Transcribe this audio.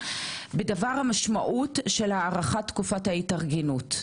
בדבר משמעות של הארכת תקופת ההתארגנות,